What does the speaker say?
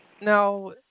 now